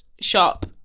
shop